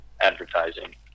advertising